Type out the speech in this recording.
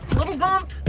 little bump.